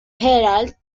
herald